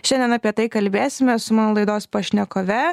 šiandien apie tai kalbėsime su mano laidos pašnekove